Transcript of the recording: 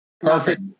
Perfect